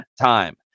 time